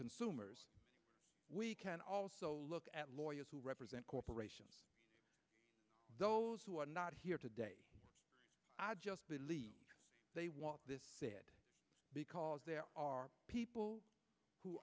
consumers we can also look at lawyers who represent corporations those who are not here today i just believe they want this bit because there are people who